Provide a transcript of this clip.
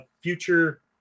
future